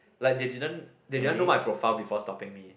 like they didn't they didn't know my profile before stopping me